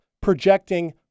projecting